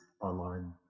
online